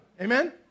Amen